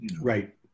Right